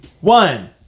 one